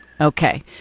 Okay